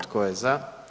Tko je za?